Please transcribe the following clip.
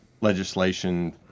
legislation